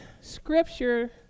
scripture